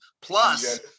Plus